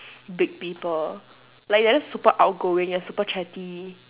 big people like they are just super outgoing and super chatty